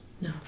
No